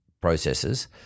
processes